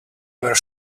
were